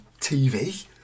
TV